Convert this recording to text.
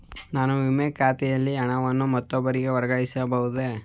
ನನ್ನ ವಿಮೆ ಖಾತೆಯಲ್ಲಿನ ಹಣವನ್ನು ಮತ್ತೊಬ್ಬರಿಗೆ ವರ್ಗಾಯಿಸ ಬಹುದೇ?